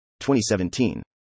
2017